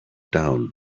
down